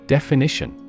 Definition